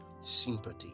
sympathy